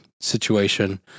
situation